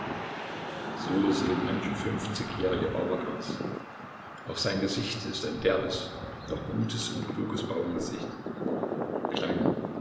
so sehen manche fünfzigjährige bauern aus auch sein gesicht ist ein derbes doch gutes und kluges bauerngesicht kleine